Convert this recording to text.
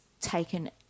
taken